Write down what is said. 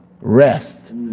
rest